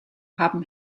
haben